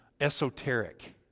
esoteric